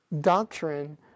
doctrine